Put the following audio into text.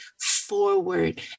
forward